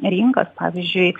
rinkas pavyzdžiui